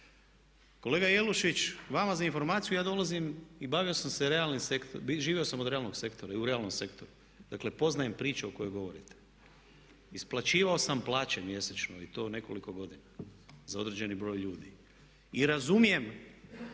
Kolega Jelušić vama za informaciju ja dolazim i bavio sam se realnim sektorom, živio sam od realnog sektora i u realnom sektoru. Dakle, poznajem priču o kojoj govorite. Isplaćivao sam plaće mjesečno i to nekoliko godina za određeni broj ljudi i razumijem